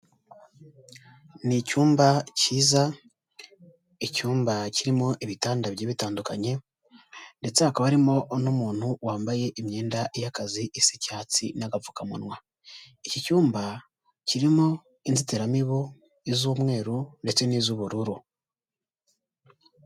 Ni icyumba cyiza, icyumba kirimo ibitanda bigiye bitandukanye, ndetse hakaba harimo n'umuntu wambaye imyenda y'akazi isa icyatsi n'agapfukamunwa, iki cyumba kirimo inzitiramibu iz'umweru ndetse n'iz'ubururu.